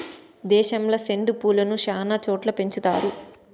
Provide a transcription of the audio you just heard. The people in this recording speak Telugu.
దేశంలో సెండు పూలను శ్యానా చోట్ల పెంచుతారు